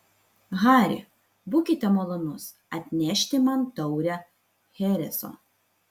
hari būkite malonus atnešti man taurę chereso